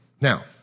Now